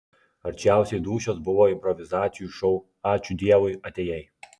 arčiausiai dūšios buvo improvizacijų šou ačiū dievui atėjai